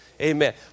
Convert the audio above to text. amen